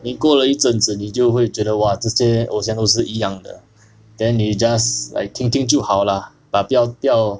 你过了一阵子你就会觉得 !wah! 这些偶像都是一样的 then 你 just like 听听就好 lah but 不要